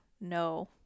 no